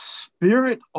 spirit